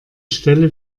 stelle